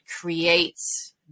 creates